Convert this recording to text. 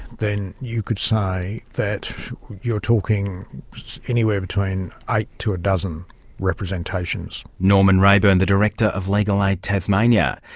then you could say that you're talking anywhere between eight to a dozen representations. norman raeburn, the director of legal aid tasmania.